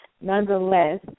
nonetheless